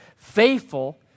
faithful